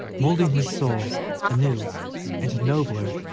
moulding his soul anew into nobler,